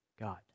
God